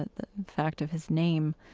the fact of his name,